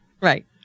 Right